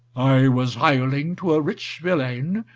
i was hireling to a rich vilain,